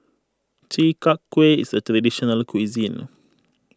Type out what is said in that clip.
Chi Kak Kuih is a Traditional Local Cuisine